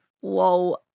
Whoa